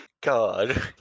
God